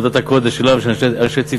עבודת הקודש שלה ושל אנשי צוותה.